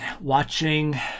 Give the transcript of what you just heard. watching